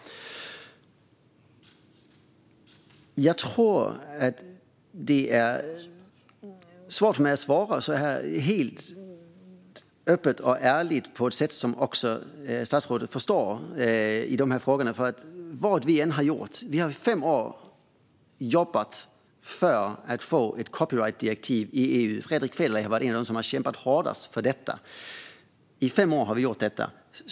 Jag tror att det är svårt för mig att svara öppet och ärligt på dessa frågor på ett sätt som också statsrådet förstår. I fem år har vi jobbat för att få ett copyrightdirektiv i EU. Fredrik Federley är en av dem som har kämpat hårdast för detta.